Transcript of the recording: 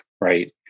right